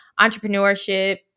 entrepreneurship